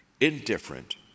indifferent